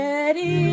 Ready